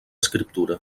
escriptura